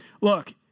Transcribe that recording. Look